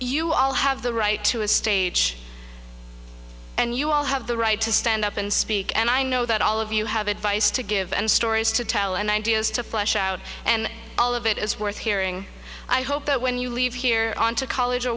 you all have the right to a stage and you all have the right to stand up and speak and i know that all of you have advice to give and stories to tell and ideas to flesh out and all of it is worth hearing i hope that when you leave here on to college or